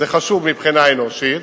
זה חשוב מבחינה אנושית,